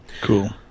Cool